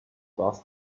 bust